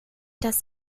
das